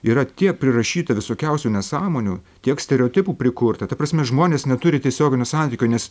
yra tiek prirašyta visokiausių nesąmonių tiek stereotipų prikurta ta prasme žmonės neturi tiesioginio santykio nes